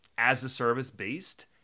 as-a-service-based